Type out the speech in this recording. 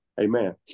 Amen